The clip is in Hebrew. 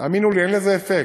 תאמינו לי, אין לזה אפקט.